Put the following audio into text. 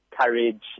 courage